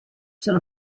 sono